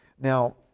now